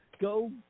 Go